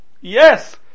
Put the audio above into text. Yes